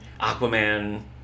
Aquaman